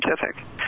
Scientific